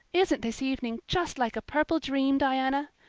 isn't this evening just like a purple dream, diana?